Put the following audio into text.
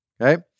okay